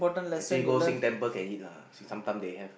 actually go sing temple can eat lah see sometime they have